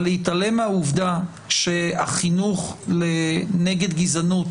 אבל אי-אפשר להתעלם מהעובדה שהחינוך נגד גזענות